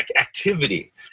Activity